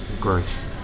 growth